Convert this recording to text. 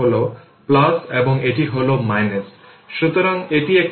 যেহেতু ইন্ডাক্টর এবং 2 Ω resistor parallel